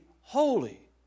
holy